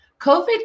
COVID